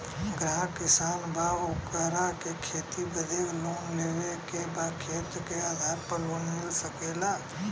ग्राहक किसान बा ओकरा के खेती बदे लोन लेवे के बा खेत के आधार पर लोन मिल सके ला?